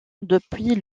depuis